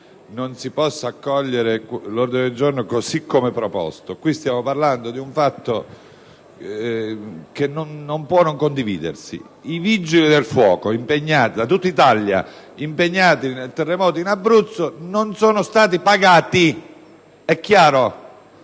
non si possa accogliere l'ordine del giorno così come proposto. Stiamo parlando di un fatto che non può non condividersi. I vigili del fuoco provenienti da tutta Italia che si sono impegnati nel terremoto in Abruzzo non sono stati pagati o,